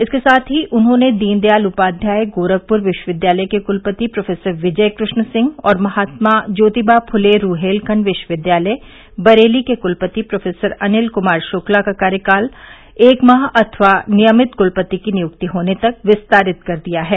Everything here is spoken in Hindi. इसके साथ ही उन्होंने दीन दयाल उपाध्याय गोरखपुर विश्वविद्यालय के कुलपति प्रोफेसर विजय कृष्ण सिंह और महात्मा ज्योतिबाफुले रूहेलखंड विश्वविद्यालय बरेली के कुलपति प्रोफेसर अनिल कुमार शुक्ला का कार्यकाल एक माह अथवा नियमित कुलपति की नियुक्ति होने तक विस्तारित कर दिया है